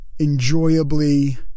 enjoyably